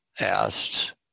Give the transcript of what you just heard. asked